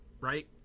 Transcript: right